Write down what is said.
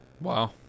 Wow